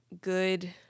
good